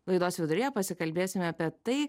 laidos viduryje pasikalbėsime apie tai